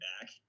back